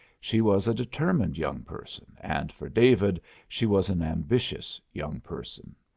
she was a determined young person, and for david she was an ambitious young person.